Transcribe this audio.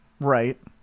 Right